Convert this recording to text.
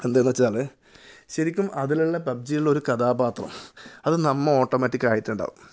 അതെന്താണെന്നുവെച്ചാൽ ശരിക്കും അതിലുള്ള പബ്ജിയിലുള്ള ഒരു കഥാപാത്രം അത് നമ്മൾ ഓട്ടോമാറ്റിക് ആയിട്ടുണ്ടാകും